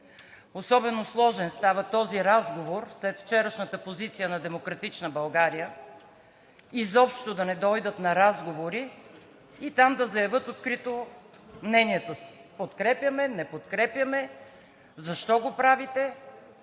Особено сложен става този разговор след вчерашната позиция на „Демократична България“ изобщо да не дойдат за разговори и там да заявят открито мнението си – подкрепяме, не подкрепяме, защо го правите.